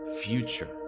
future